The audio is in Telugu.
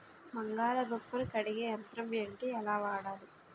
బంగాళదుంప ను కడిగే యంత్రం ఏంటి? ఎలా వాడాలి?